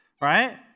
right